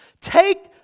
Take